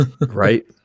Right